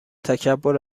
تکبر